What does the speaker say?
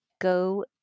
go